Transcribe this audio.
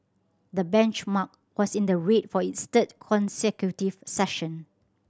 the benchmark was in the red for its third consecutive session